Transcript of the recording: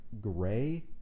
gray